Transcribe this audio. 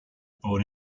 born